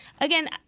again